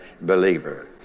believer